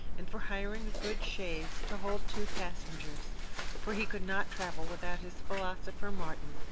and for hiring a good chaise to hold two passengers for he could not travel without his philosopher martin.